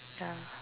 ya